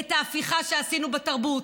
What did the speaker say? את ההפיכה שעשינו בתרבות,